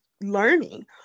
learning